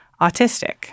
autistic